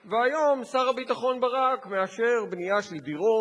והיום שר הביטחון ברק מאשר בנייה של דירות,